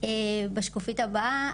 בשקופית הבא,